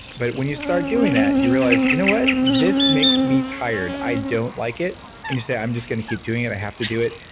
but when you start doing that, you realize you know what? this makes me tired. i don't like it and you say i'm just going to keep doing it. i have to do it.